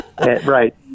Right